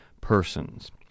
persons